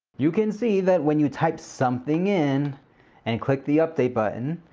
you can see that when you type something in and click the update button,